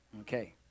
Okay